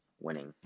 winning